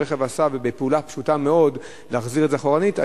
שהרכב עשה ובפעולה פשוטה מאוד להחזיר את זה אחורנית.